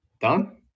Done